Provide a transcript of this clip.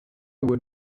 would